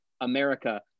America